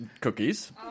cookies